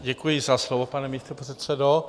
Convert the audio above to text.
Děkuji za slovo, pane místopředsedo.